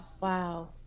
Wow